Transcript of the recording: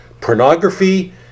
pornography